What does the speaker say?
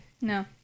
No